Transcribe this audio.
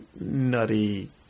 Nutty